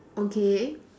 okay